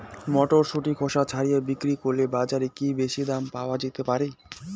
মটরশুটির খোসা ছাড়িয়ে বিক্রি করলে বাজারে কী বেশী দাম পাওয়া যেতে পারে?